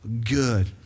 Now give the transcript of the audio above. good